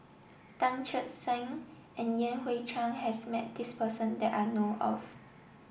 Tan Che Sang and Yan Hui Chang has met this person that I know of